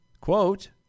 Quote